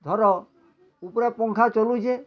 ଧର ଉପରେ ପଙ୍ଖା ଚଲୁଚେଁ